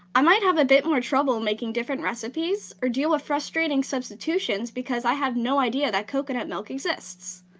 i might have a bit more trouble making different recipes or deal with ah frustrating substitutions because i have no idea that coconut milk exists.